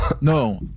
no